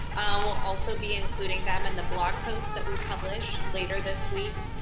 we'll also be including them in the blog post that we publish later this week.